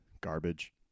garbage